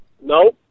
No